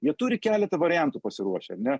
jie turi keletą variantų pasiruošę ar ne